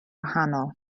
wahanol